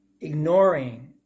Ignoring